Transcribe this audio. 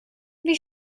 wie